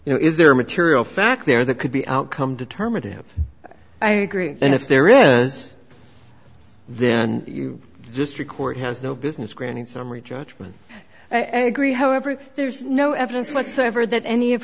you know is there a material fact there that could be outcome determinative i agree and if there is then you just record has no business granting summary judgment i agree however there's no evidence whatsoever that any of